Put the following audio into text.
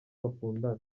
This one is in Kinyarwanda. bakundana